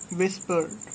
Whispered